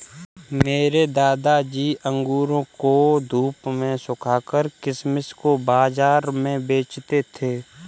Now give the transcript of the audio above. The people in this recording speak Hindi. मेरे दादाजी अंगूरों को धूप में सुखाकर किशमिश को बाज़ार में बेचते थे